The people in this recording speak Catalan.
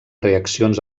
reaccions